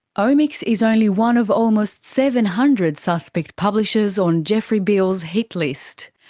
omics is only one of almost seven hundred suspect publishers on jeffrey beall's hit list.